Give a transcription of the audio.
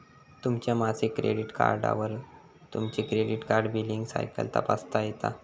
तुमच्या मासिक क्रेडिट कार्डवर तुमची क्रेडिट कार्ड बिलींग सायकल तपासता येता